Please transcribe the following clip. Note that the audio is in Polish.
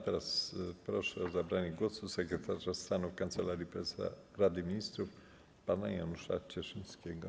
Teraz proszę o zabranie głosu sekretarza stanu w Kancelarii Prezesa Rady Ministrów pana Janusza Cieszyńskiego.